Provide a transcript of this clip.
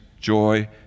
joy